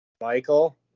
Michael